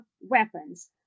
weapons